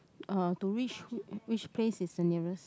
uh to reach who which place is the nearest